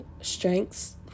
strengths